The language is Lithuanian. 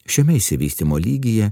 šiame išsivystymo lygyje